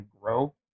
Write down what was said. grow